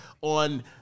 on